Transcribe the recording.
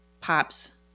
pops